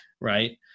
Right